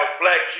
Black